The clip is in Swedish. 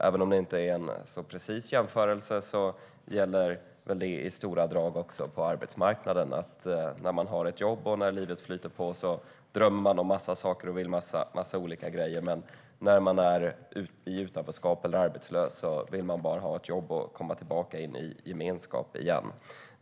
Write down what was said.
Även om det inte är precis jämförbart går det att dra en parallell till läget på arbetsmarknaden: När man har ett jobb och livet flyter på drömmer man om en massa saker och vill göra olika saker, men när man är i utanförskap eller är arbetslös vill man bara ha ett jobb och komma tillbaka in i gemenskapen igen.